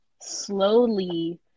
slowly